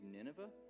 Nineveh